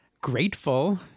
grateful